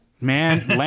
man